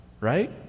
Right